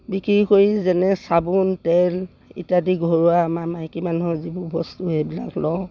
বিক্ৰী কৰি যেনে চাবোন তেল ইত্যাদি ঘৰুৱা আমাৰ মাইকী মানুহৰ যিবোৰ বস্তু সেইবিলাক লওঁ